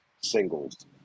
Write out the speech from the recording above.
singles